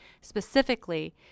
specifically